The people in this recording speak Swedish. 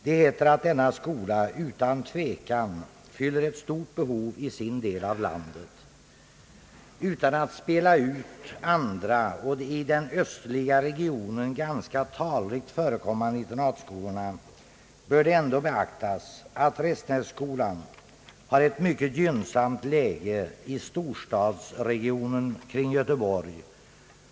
Det heter där att »denna skola utan tvekan fyller ett stort behov i sin del av landet». Utan att spela ut andra och i den östliga regionen ganska talrikt förekommande internatskolor bör det ändå beaktas, att Restenässkolan har ett mycket gynnsamt läge i storstadsregionen kring Göteborg.